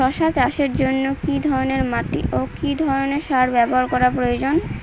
শশা চাষের জন্য কি ধরণের মাটি ও কি ধরণের সার ব্যাবহার করা প্রয়োজন?